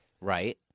right